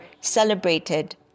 celebrated